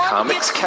Comics